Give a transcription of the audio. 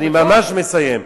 אני ממש מסיים.